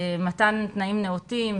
מתן תנאים נאותים,